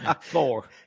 Four